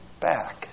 back